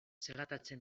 zelatatzen